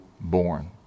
born